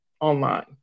online